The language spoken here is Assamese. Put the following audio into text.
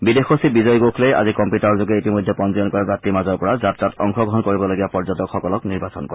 বিদেশ সচিব বিজয় গোখলেই আজি কম্পিউটাৰযোগে ইতিমধ্যে পঞ্জীয়ন কৰা যাত্ৰীৰ মাজৰ পৰা যাত্ৰাত অংশগ্ৰহণ কৰিবলগীয়া পৰ্যটকসকলক নিৰ্বাচন কৰে